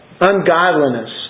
ungodliness